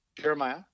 Jeremiah